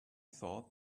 thought